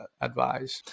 advise